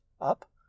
up